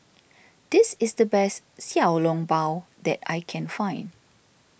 this is the best Xiao Long Bao that I can find